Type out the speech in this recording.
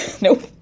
nope